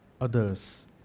others